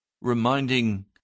reminding